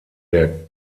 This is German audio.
der